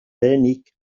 lehenik